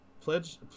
pledge